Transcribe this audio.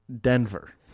Denver